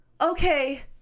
Okay